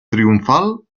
triomfal